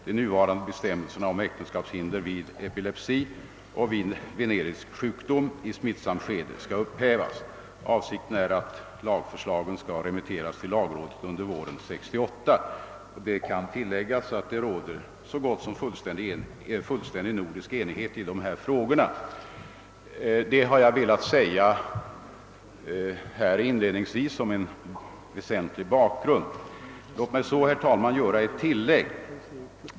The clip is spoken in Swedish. De nuvarande bestämmelserna om äktenskapshinder vid epilepsi och vid venerisk sjukdom i smittsamt skede skall upphävas. Avsikten är att lagförslagen skall remitteras till lagrådet under våren 1968. Det kan tilläggas att det råder så gott som fullständig nordisk enhet i dessa frågor. Jag har velat framhålla detta inledningsvis och som en väsentlig bakgrund. Låt mig så, herr talman, göra ett tillägg.